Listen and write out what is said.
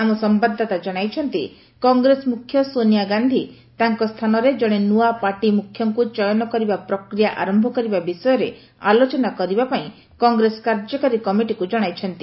ଆମ ସମ୍ଭାଦଦାତା ଜଣାଇଛନ୍ତି କଂଗ୍ରେସ ମ୍ରଖ୍ୟ ସୋନିଆ ଗାନ୍ଧୀ ତାଙ୍କ ସ୍ଥାନରେ ଜଣେ ନ୍ତଆ ପାର୍ଟି ମୁଖ୍ୟଙ୍କ ଚୟନ କରିବା ପ୍ରକ୍ରିୟା ଆରନ୍ତ କରିବା ବିଷୟରେ ଆଲୋଚନା କରିବା ପାଇଁ କଂଗ୍ରେସ କାର୍ଯ୍ୟକାରୀ କମିଟିକୃ ଜଣାଇଛନ୍ତି